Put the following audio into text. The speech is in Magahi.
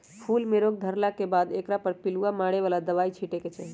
फूल में रोग धरला के बाद एकरा पर पिलुआ मारे बला दवाइ छिटे के चाही